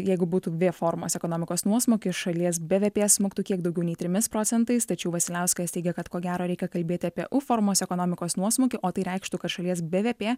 jeigu būtų v formos ekonomikos nuosmukis šalies bvp smuktų kiek daugiau nei trimis procentais tačiau vasiliauskas teigia kad ko gero reikia kalbėti apie u formos ekonomikos nuosmukį o tai reikštų kad šalies bvp